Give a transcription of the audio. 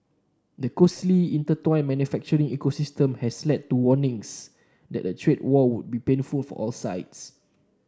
the closely intertwined manufacturing ecosystem has led to warnings that a trade war would be painful for all sides